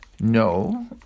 No